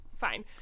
fine